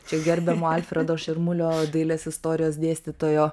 čia gerbiamo alfredo širmulio dailės istorijos dėstytojo